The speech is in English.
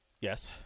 Yes